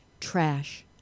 trash